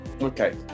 Okay